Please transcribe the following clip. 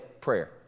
prayer